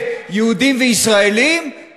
טרור יותר ממנו ויותר מכל חברי הממשלה ביחד,